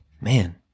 Man